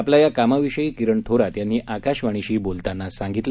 आपल्या या कामाविषयी किरण थोरात यांनी आकाशवाणीशी बोलताना सांगितलं